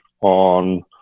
on